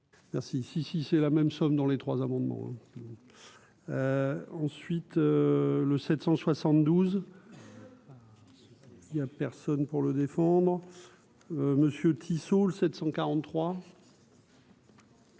Merci, si si c'est la même somme dans les trois amendements, ensuite le 772. Ce qui pas. Il y a personne pour le défendre monsieur Tissot, le 743.